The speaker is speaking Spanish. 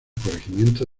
corregimiento